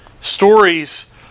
Stories